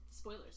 Spoilers